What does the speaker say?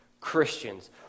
Christians